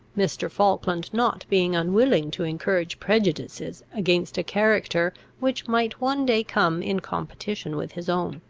mr. falkland not being unwilling to encourage prejudices against a character which might one day come in competition with his own.